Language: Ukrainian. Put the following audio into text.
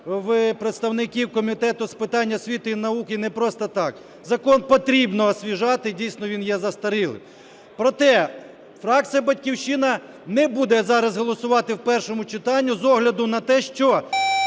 у представників Комітету з питань освіти і науки не просто так. Закон потрібно освіжати, і дійсно він є застарілий. Проте фракція "Батьківщина" не буде зараз голосувати в першому читанні з огляду на те, що